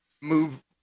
move